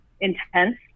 intense